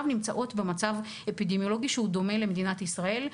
נמצאות במצב אפידמיולוגי שהוא דומה למדינת ישראל,